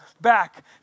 back